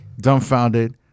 dumbfounded